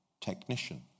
technician